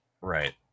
Right